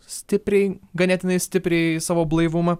stipriai ganėtinai stipriai savo blaivumą